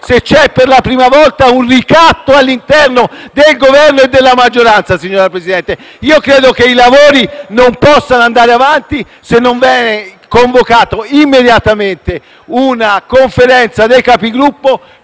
se c'è per la prima volta un ricatto all'interno del Governo e della maggioranza. Signor Presidente, credo che i lavori non possano andare avanti se non viene convocata immediatamente una Conferenza dei Capigruppo